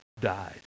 died